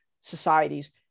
societies